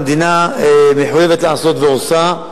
שהמדינה מחויבת לעשות ועושה.